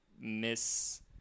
miss